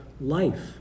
life